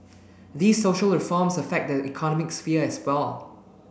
these social reforms affect the economic sphere as well